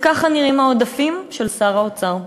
וככה נראים העודפים של שר האוצר,